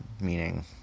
meaning